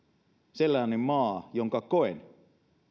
sellainen maa jonka koen